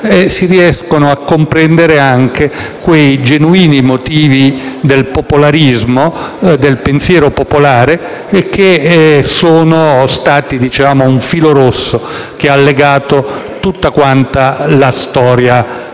si riescono a comprendere anche quei genuini motivi del popolarismo, del pensiero popolare, che sono stati un filo rosso che ha legato tutta la storia